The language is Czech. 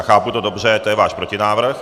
Chápu to dobře, to je váš protinávrh.